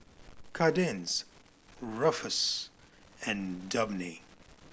Kadence Ruffus and Dabney